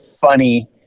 funny